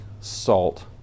salt